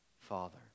father